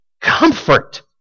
comfort